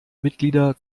mitglieder